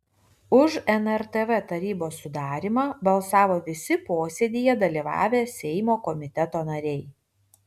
už nrtv tarybos sudarymą balsavo visi posėdyje dalyvavę seimo komiteto nariai